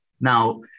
Now